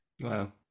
Wow